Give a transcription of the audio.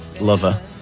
lover